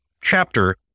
chapter